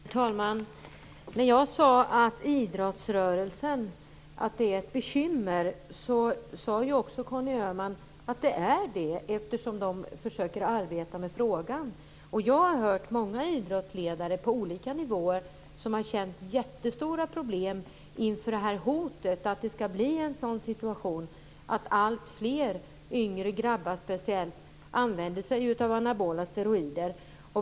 Herr talman! Jag sade att idrottsrörelsen är ett bekymmer och det sade också Conny Öhman men man försöker arbeta med frågan. Jag har hört många idrottsledare på olika nivåer säga att de upplevt stora problem inför hotet att situationen blir den att alltfler, speciellt yngre grabbar, använder anabola steroider.